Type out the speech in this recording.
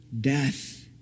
death